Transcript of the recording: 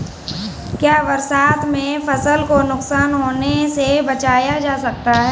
क्या बरसात में फसल को नुकसान होने से बचाया जा सकता है?